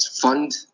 fund